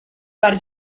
per